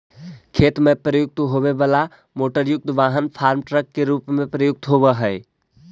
खेत में प्रयुक्त होवे वाला मोटरयुक्त वाहन फार्म ट्रक के रूप में प्रयुक्त होवऽ हई